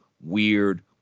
weird